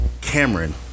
Cameron